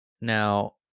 Now